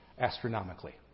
astronomically